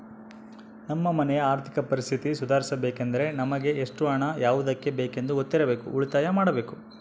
ನಮ್ಮ ಮನೆಯ ಆರ್ಥಿಕ ಪರಿಸ್ಥಿತಿ ಸುಧಾರಿಸಬೇಕೆಂದರೆ ನಮಗೆ ಎಷ್ಟು ಹಣ ಯಾವುದಕ್ಕೆ ಬೇಕೆಂದು ಗೊತ್ತಿರಬೇಕು, ಉಳಿತಾಯ ಮಾಡಬೇಕು